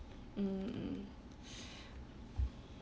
mm